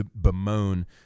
bemoan